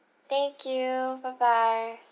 thank you bye bye